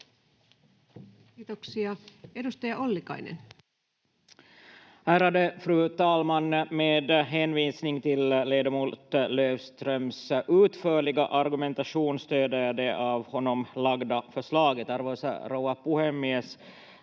Time: 20:17 Content: Ärade fru talman! Med hänvisning till ledamot Löfströms utförliga argumentation stöder jag det av honom lagda förslaget. Arvoisa rouva puhemies!